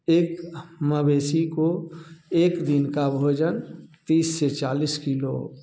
एक मवेशी को एक दिन का भोजन तीस से चालीस किलो